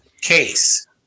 case